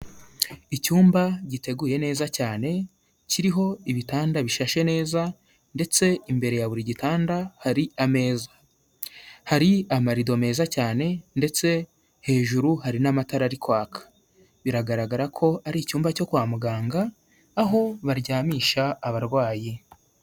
Icyumba giteguye neza cyane, kiriho ibitanda bishashe neza, ndetse imbere ya buri gitanda hari ameza. Hari amarido meza cyane ndetse hejuru hari n'amatara ari kwaka. Biragaragara ko ari icyumba cyo kwa muganga aho baryamisha abarwayi.